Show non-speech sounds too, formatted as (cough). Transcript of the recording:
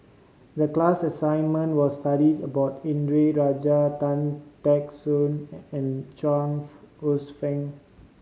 the class assignment was to study about Indranee Rajah Tan Teck Soon and and Chuang (unintelligible) Hsueh Fang